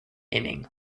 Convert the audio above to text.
inning